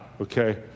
okay